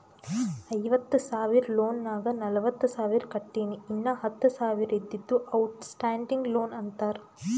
ಐವತ್ತ ಸಾವಿರ ಲೋನ್ ನಾಗ್ ನಲ್ವತ್ತ ಸಾವಿರ ಕಟ್ಟಿನಿ ಇನ್ನಾ ಹತ್ತ ಸಾವಿರ ಇದ್ದಿದ್ದು ಔಟ್ ಸ್ಟ್ಯಾಂಡಿಂಗ್ ಲೋನ್ ಅಂತಾರ